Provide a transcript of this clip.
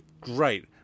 great